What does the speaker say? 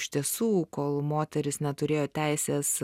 iš tiesų kol moterys neturėjo teisės